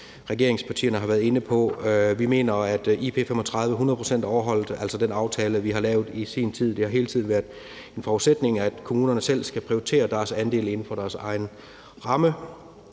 regeringspartierne har været inde på. Vi mener, at IP35, altså den aftale, vi lavede i sin tid, er hundrede procent overholdt. Det har hele tiden været en forudsætning, at kommunerne selv skal prioritere deres andel inden for deres egen ramme.